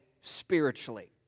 spiritually